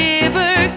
River